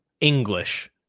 English